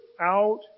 out